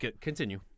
Continue